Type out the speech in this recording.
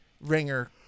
ringer